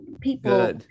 people